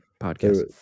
podcast